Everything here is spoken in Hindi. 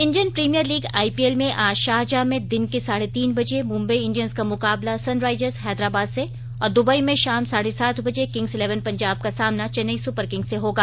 इंडियन प्रीमियर लीग आईपीएल में आज शारजाह में दिन के साढ़े तीन बजे मुंबई इंडियन्स का मुकाबला सनराइजर्स हैदराबाद से और दुबई में शाम साढ़े सात बजे किंग्स इलेवन पंजाब का सामना चेन्नई सुपर किंग्स से होगा